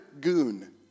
goon